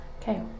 Okay